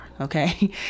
okay